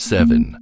Seven